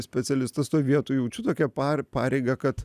specialistas toj vietoj jaučiu tokią par pareigą kad